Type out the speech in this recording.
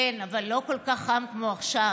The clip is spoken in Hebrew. כן, אבל לא כל כך חם כמו עכשיו.